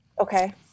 Okay